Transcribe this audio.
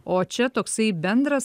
o čia toksai bendras